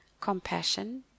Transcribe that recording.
compassion